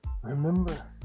Remember